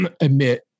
admit